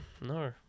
No